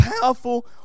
powerful